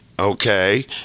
Okay